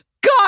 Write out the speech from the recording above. God